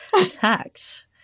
attacks